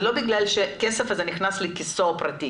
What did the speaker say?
זה לא בגלל שהכסף הזה נכנס לכיסו הפרטי